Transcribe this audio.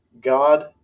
God